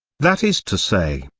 that is to say,